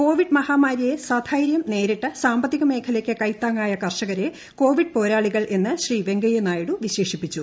Covid മഹാമാരിയെ സധൈര്യം നേരിട്ട് സാമ്പത്തിക മേഖലയ്ക്ക് കൈത്താങ്ങായ കർഷകരെ കോവിഡ് പോരാളികൾ എന്ന് ശ്രീ വെങ്കയ്യ നായിഡു വിശേഷിപ്പിച്ചു